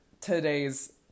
today's